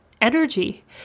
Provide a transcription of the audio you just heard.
energy